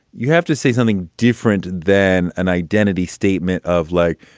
you have to say something different than an identity statement of like,